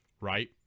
right